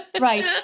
Right